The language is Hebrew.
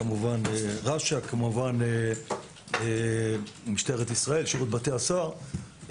כמובן רש"א, משטרת ישראל, שירותי בתי הסוהר,